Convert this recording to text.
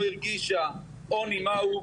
-- לא הרגישה עוני מהו,